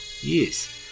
Yes